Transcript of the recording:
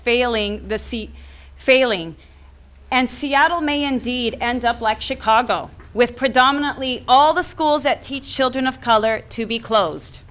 failing the sea failing and seattle may indeed end up like chicago with predominantly all the schools that teach children of color to be closed